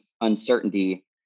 uncertainty